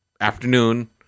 afternoon